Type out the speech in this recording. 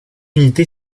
unité